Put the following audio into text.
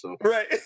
Right